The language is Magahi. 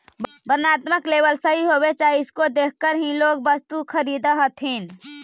वर्णात्मक लेबल सही होवे चाहि इसको देखकर ही लोग वस्तु खरीदअ हथीन